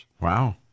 Wow